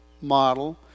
model